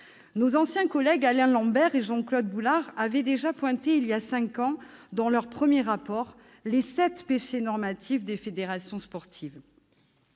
Nos anciens collègues Alain Lambert et Jean-Claude Boulard avaient déjà pointé, il y a cinq ans, dans leur premier rapport, « les sept péchés normatifs des fédérations sportives